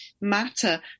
matter